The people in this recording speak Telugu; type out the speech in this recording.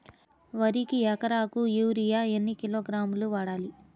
వరికి ఎకరాకు యూరియా ఎన్ని కిలోగ్రాములు వాడాలి?